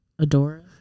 Adora